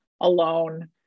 alone